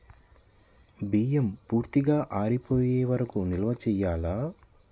బియ్యం పూర్తిగా ఆరిపోయే వరకు నిల్వ చేయాలా?